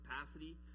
capacity